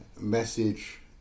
message